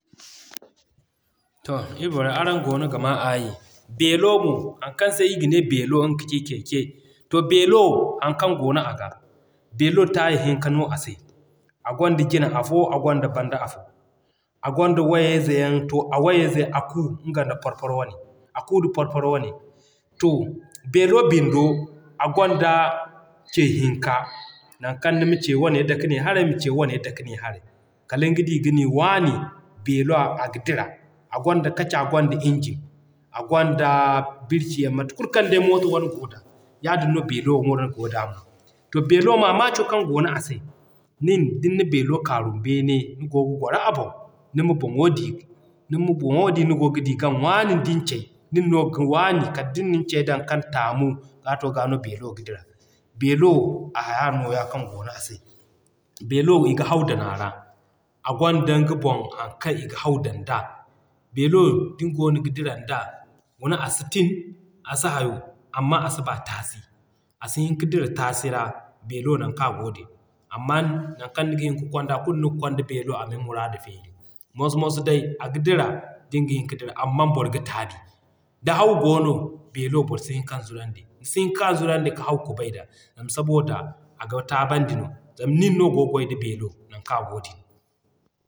To ii borey araŋ goono ga maa aayi. Beelo mo, haŋ kaŋ ii ga ne beelo nga kaci Keke. To beelo haŋ kaŋ goono aga, beelo taya hinka no a se a gonda jine afo a gonda banda afo a gonda wayey ze yaŋ to a wayey zey nga da porporo wane, a kuu da porporo wane. To beelo bindo a gonda ce hinka nan kaŋ nima ce wane dake ne haray, ma ce wane dake ne haray kaliŋ ga di ka ni waani. Beela aga dira. A gonda kaca a gonda engine a gonda birki yaŋ. Mate kulu kaŋ day Mooto wane goo da yaadin no beelo wane goo da. To beelo mamaco kaŋ goono a se, nin din na beelo kaarum kane ni goo ga goro a boŋ nima boŋo di, nima boŋo di ni goo ga di kaŋ waanun din cay, nin no gana waanu kal din dan ni cay kaŋ taamu. G'a to g'a no beelo ga dira. Beelo a haya nooya kaŋ goono a se. Beelo iga haw dan a ra, a gonda nga boŋ haŋ kaŋ i ga haw dan da. Beelo din goono ga diran da, guna a si tin, a si hayo amma a si ba taasi, a si hin ka dira taasi ra beelo naŋ kaŋ a goo din. Amman nan kulu kaŋ niga hin kwanda kulu niga kwanda beelo a min muraado feeri. Moso-moso day aga dira din ga hin ka dira amman boro ga taabi. Da haw goono beelo boro si hin kaŋ zurandi. Ni si hin kan zurandi ka haw kubay da zama saboda aga taabandi no, zama nin no goo gway da beelo naŋ kaŋ a goo din.